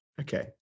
Okay